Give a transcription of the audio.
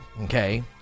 Okay